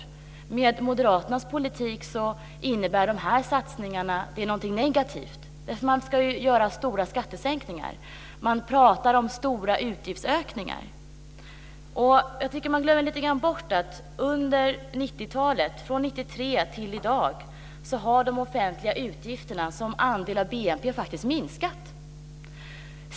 Enligt moderaternas politik är de satsningarna något negativt. De ska ju göra stora skattesänkningar, men de talar om stora utgiftsökningar. Jag tycker att man lite grann glömmer bort att från 1993 till i dag har de offentliga utgifterna som andel av BNP faktiskt minskat.